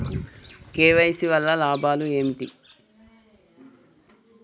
KYC వల్ల లాభాలు ఏంటివి?